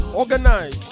organize